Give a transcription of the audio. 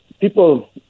people